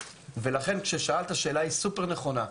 ולכן כששאלת את השאלה היא סופר נכונה.